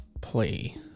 play